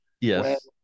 Yes